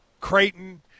Creighton –